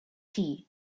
tea